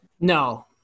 No